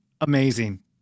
Amazing